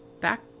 back